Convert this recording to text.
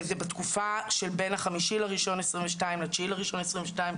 וזה בתקופה של בין ה-5.1.2022 ל-9.1.2022,